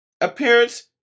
appearance